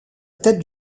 tête